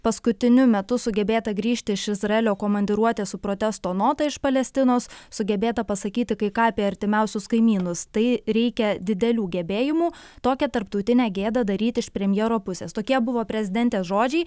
paskutiniu metu sugebėta grįžti iš izraelio komandiruotės su protesto nota iš palestinos sugebėta pasakyti kai ką apie artimiausius kaimynus tai reikia didelių gebėjimų tokią tarptautinę gėdą daryti iš premjero pusės tokie buvo prezidentės žodžiai